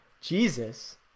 Jesus